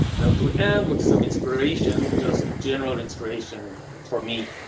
now to end with some inspiration just general inspiration for me,